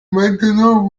maintenant